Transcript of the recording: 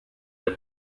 del